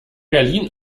berlin